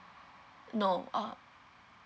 no uh